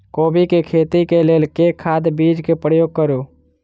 कोबी केँ खेती केँ लेल केँ खाद, बीज केँ प्रयोग करू?